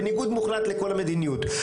בניגוד מוחלט לכל המדיניות.